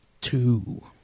Two